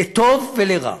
לטוב ולרע.